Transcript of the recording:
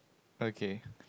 okay